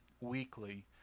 weekly